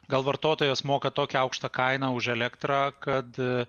gal vartotojas moka tokią aukštą kainą už elektrą kad